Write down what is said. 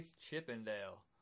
Chippendale